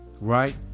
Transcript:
right